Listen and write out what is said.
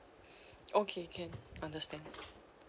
okay can understand